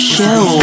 Show